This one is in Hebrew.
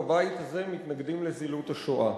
וכולנו בבית הזה מתנגדים לזילות השואה.